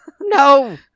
No